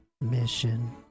mission